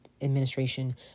Administration